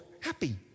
happy